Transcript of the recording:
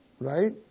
Right